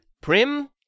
prim